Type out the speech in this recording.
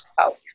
out